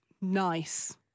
Nice